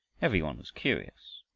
every one was curious,